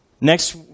Next